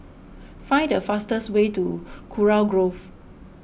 find the fastest way to Kurau Grove